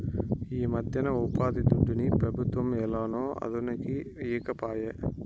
ఈమధ్యన ఉపాధిదుడ్డుని పెబుత్వం ఏలనో అదనుకి ఈకపాయే